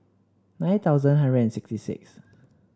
nine thousand hundred and sixty six